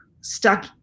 stuck